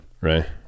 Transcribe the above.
right